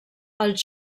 als